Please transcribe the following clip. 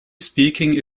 speaking